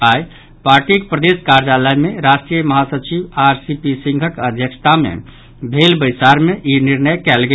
आइ पार्टीक प्रदेश कार्यालय मे राष्ट्रीय महासचिव आर सी पी सिंहक अध्यक्षता मे भेल बैसार मे ई निर्णय कयल गेल